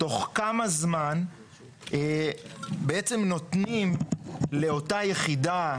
תוך כמה זמן נותנים לאותה יחידה,